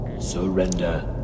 Surrender